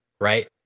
right